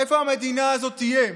איפה המדינה הזאת תהיה?